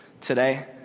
today